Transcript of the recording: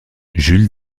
jules